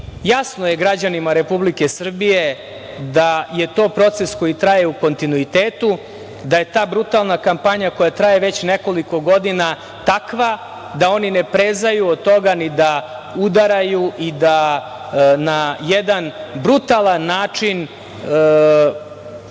je građanima Republike Srbije da je to proces koji traje u kontinuitetu, da je ta brutalna kampanja koja traje već nekoliko godina takva da oni ne prezaju od toga ni da udaraju i da na jedan brutalan način